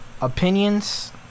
opinions